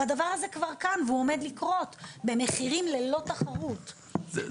הדבר הזה כבר כאן והוא עומד לקרות במחירים ללא תחרות --- גברתי,